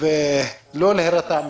ולא נירתע מכלום.